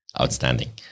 outstanding